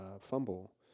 fumble